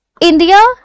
India